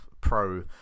Pro